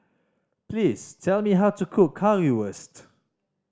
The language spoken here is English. please tell me how to cook Currywurst